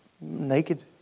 naked